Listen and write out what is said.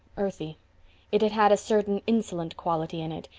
earthy it had had a certain insolent quality in it,